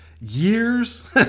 years